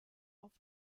auf